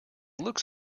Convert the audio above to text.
looks